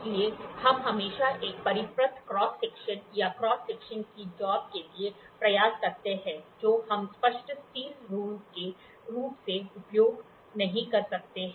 इसलिए हम हमेशा एक परिपत्र क्रॉस सेक्शन या क्रॉस सेक्शन की जाॅब के लिए प्रयास करते हैं जो हम स्पष्ट स्टील शासक के रूप में उपयोग नहीं कर सकते हैं